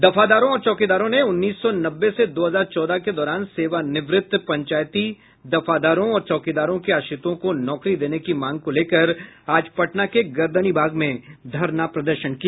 दफादारों और चौकीदारों ने उन्नीस सौ नब्बे से दो हजार चौदह के दौरान सेवानिवृत्त पंचायती दफादारों और चौकीदारों के आश्रितों को नौकरी देने की मांग को लेकर आज पटना के गर्दनीबाग में धरना प्रदर्शन किया